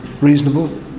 reasonable